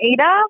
Ada